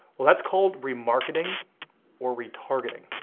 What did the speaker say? well that's called remarketing or retargeting